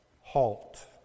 halt